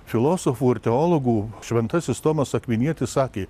filosofų ir teologu šventasis tomas akvinietis sakė